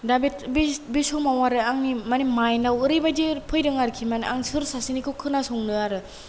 दा बे बे बे समाव आरो आंनि माने माइनाव ओरैबायदि फैदों आरोखि माने आं सोर सासेनिखौ खोनासंनो आरो